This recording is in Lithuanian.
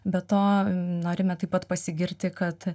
be to norime taip pat pasigirti kad